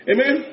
Amen